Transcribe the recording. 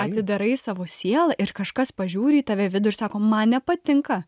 atidarai savo sielą ir kažkas pažiūri į tave į vidų ir sako man nepatinka